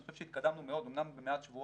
אני חושב שהתקדמנו מאוד, אמנם במעט שבועות,